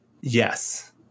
yes